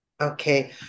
Okay